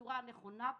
בצורה הנכונה,